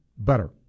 better